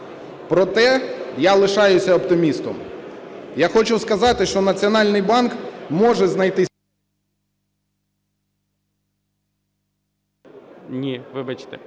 Проте я лишаюся оптимістом, я хочу сказати, що Національний банк може знайти... ГОЛОВУЮЧИЙ.